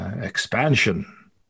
expansion